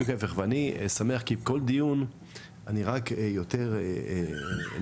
אני שמח כי בכל דיון אני רק יותר נחרץ.